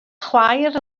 chwaer